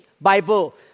Bible